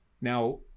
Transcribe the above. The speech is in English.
Now